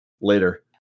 Later